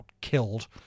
killed